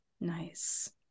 nice